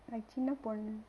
ஐ சின்னப்பொண்ணு:ai chinnapponnu